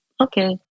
Okay